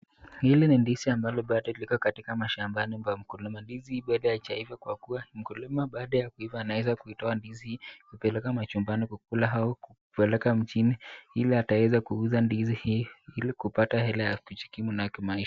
Hili ni ndizi ambalo bado liko katika mashambani pa mkulima. Ndizi bado hazijaiva kwa kuwa mkulima baada ya kuiva anaweza kutoa ndizi hii kupeleka majumbani kuuza au kupeleka mjini ili akaweze kuuza ndizi hii ili kupata hela ya kujikimu nayo kimaisha.